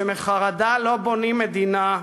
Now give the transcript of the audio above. "שמחרדה לא בונים מדינה.